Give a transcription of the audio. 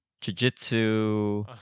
jiu-jitsu